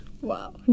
Wow